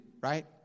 right